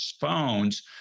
phones